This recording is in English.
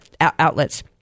outlets